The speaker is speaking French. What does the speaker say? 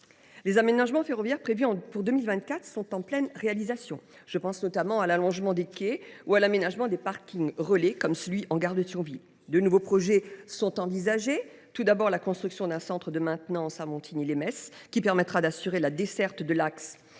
Les aménagements ferroviaires prévus pour 2024 sont en pleine réalisation. Je pense notamment à l’allongement des quais, ou à l’aménagement des parkings relais, comme en gare de Thionville. Deux nouveaux projets sont envisagés. Tout d’abord, la construction d’un centre de maintenance à Montigny lès Metz qui permettra d’assurer la desserte de l’axe